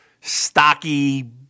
stocky